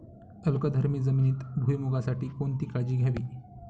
अल्कधर्मी जमिनीत भुईमूगासाठी कोणती काळजी घ्यावी?